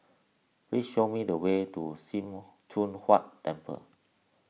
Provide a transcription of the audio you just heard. please show me the way to Sim Choon Huat Temple